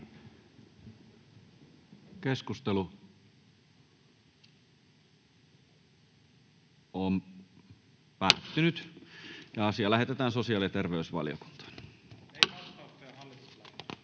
ehdottaa, että asia lähetetään sosiaali- ja terveysvaliokuntaan.